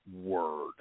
word